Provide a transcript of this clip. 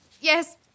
Yes